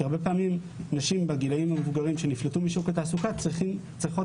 כי הרבה פעמים נשים בגילאים מבוגרים שנפלטו משוק התעסוקה צריכות